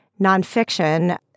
nonfiction